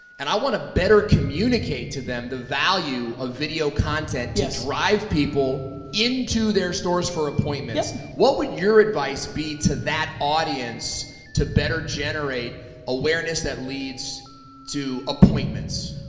and i wanna better communicate to them the value of video content to drive people into their stores for appointments, what would your advice be to that audience to better generate awareness that leads to appointments?